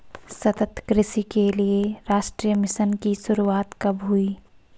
सतत कृषि के लिए राष्ट्रीय मिशन की शुरुआत कब हुई?